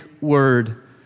word